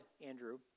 Andrew